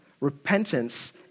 repentance